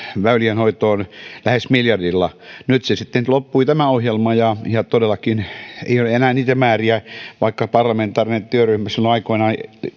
väylien hoitoon lähes miljardilla nyt se sitten loppui tämä ohjelma ja ja todellakin ei ole enää niitä määriä vaikka parlamentaarinen työryhmä silloin aikoinaan